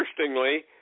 interestingly